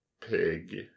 pig